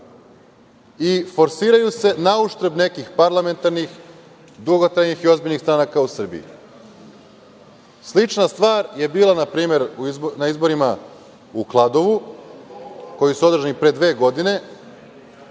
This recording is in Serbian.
i forsiraju se na uštrb nekih parlamentarnih, dugotrajnih i ozbiljnih stranaka u Srbiji. Slična stvar je bila, na primer, na izborima u Kladovu, koji su održani pre dve godine.